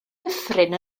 dyffryn